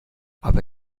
aber